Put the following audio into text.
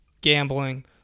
gambling